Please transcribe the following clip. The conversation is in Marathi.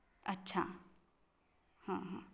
अच्छा